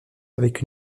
avec